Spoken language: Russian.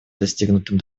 достигнутым